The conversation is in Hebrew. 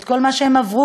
את כל מה שהם עברו,